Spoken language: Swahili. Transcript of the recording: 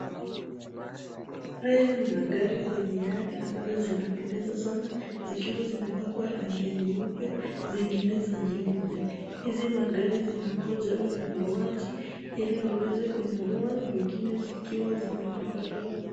Haya ni magari kwenye yadi ambazo zinapendeza sana, zikiwa zimepakwa rangi nyeupe, zingine za nyeusi. Hizi magari zinangoja wanunuaji. ili waweze kununua zingine zikiwa zinakompolewa.